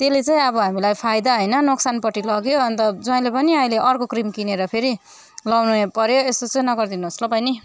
त्यसले चाहिँ अब हामीलाई फाइदा होइन नोक्सानपट्टि लग्यो अन्त ज्वाइँले पनि अहिले अर्को क्रिम किनेर फेरि लाउनु पर्यो यस्तो चाहिँ नगरिदिनुहोस् ल बहिनी